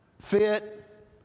fit